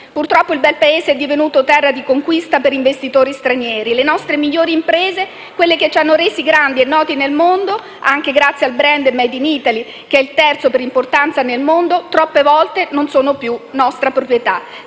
Purtroppo il bel Paese è divenuto terra di conquista per investitori stranieri. Le nostre migliori imprese, quelle che ci hanno resi grandi e noti nel mondo (anche grazie al *brand made in Italy*, che è il terzo per importanza nel mondo), troppe volte non sono più nostra proprietà.